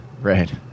Right